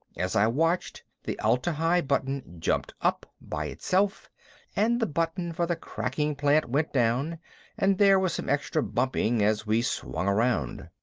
as i watched, the atla-hi button jumped up by itself and the button for the cracking plant went down and there was some extra bumping as we swung around.